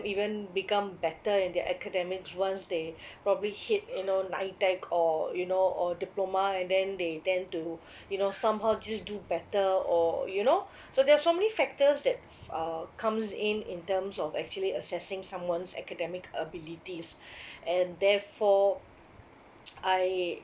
even become better in their academics once they probably hit you know nitec or you know or diploma and then they tend to you know somehow just do better or you know so there's so many factors that uh comes in in terms of actually assessing someone's academic abilities and therefore I